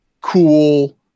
cool